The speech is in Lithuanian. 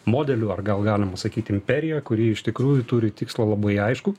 modeliu ar gal galima sakyti imperija kuri iš tikrųjų turi tikslą labai aiškų